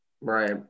right